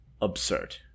absurd